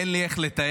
אין לי איך לתאר,